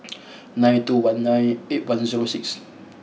nine two one nine eight one zero six